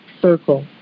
circle